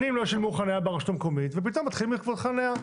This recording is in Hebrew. שנים לא שילמו חניה ברשות המקומית ופתאום מחליטים לגבות על חניה.